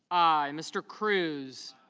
i. mr. cruz